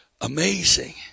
amazing